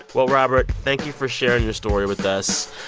well, robert, thank you for sharing your story with us.